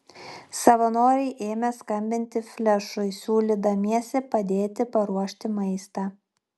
savanoriai ėmė skambinti flešui siūlydamiesi padėti paruošti maistą